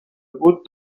بود